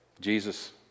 Jesus